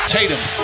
Tatum